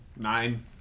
Nine